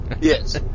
Yes